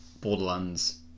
Borderlands